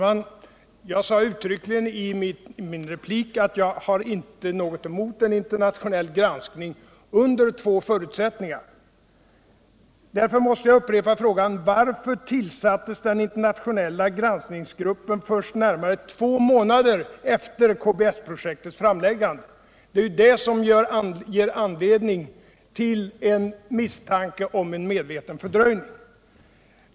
Herr talman! I min replik sade jag uttryckligen att jag inte har någonting emot en internationell granskning under två förutsättningar. Därför måste jag upprepa frågan. För det första: Varför tillsattes den internationella granskningsgruppen först närmare två månader efter KBS-projektets framläggande? Det är detta som ger anledning till misstanke om en medveten fördröjning.